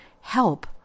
help